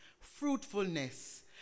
fruitfulness